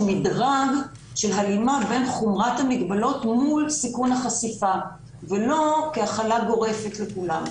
מדרג של הלימה בין חומרת המגבלות מול סיכון החשיפה ולא כהחלה גורפת לכולם.